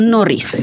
Norris